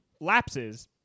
lapses